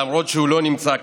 למרות שהוא לא נמצא כאן: